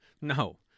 No